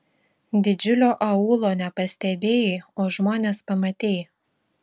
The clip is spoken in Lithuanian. didžiulio aūlo nepastebėjai o žmones pamatei